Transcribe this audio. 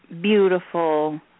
beautiful